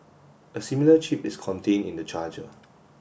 a similar chip is contained in the charger